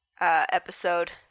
episode